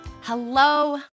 Hello